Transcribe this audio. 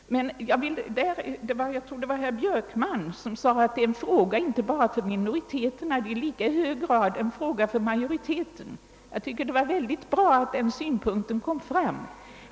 Jag tror att det var herr Björkman som sade att detta inte bara är en fråga för minoriteten utan också en fråga för majoriteten. Jag tycker det är bra att den synpunkten förs fram.